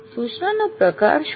સૂચનાનો પ્રકાર શું છે